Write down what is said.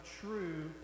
true